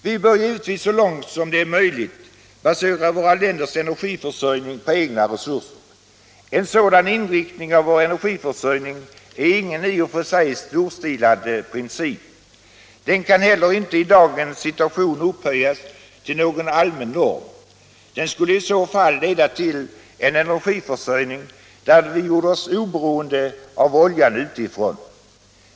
Vi bör givetvis så långt det är möjligt basera våra länders energiförsörjning på egna resurser. En sådan inriktning av vår energi försörjning är ingen i och för sig storstilad princip. Den kan heller inte i dagens situation upphöjas till någon allmän norm. Den skulle i så fall leda till en energiförsörjning där vi gjorde oss oberoende av oljan utifrån.